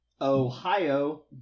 Ohio